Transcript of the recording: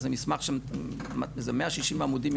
איזה מסמך של איזה 160 עמודים,